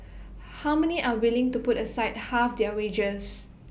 how many are willing to put aside half their wages